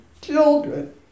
children